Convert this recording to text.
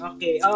Okay